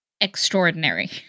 extraordinary